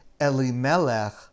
Elimelech